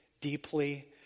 deeply